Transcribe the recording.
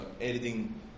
editing